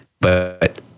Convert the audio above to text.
but-